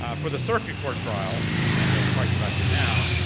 ah for the circuit court trial that i'm talking about here now,